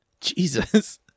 Jesus